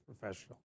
professional